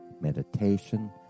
meditation